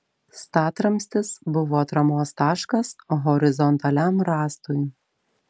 statramstis buvo atramos taškas horizontaliam rąstui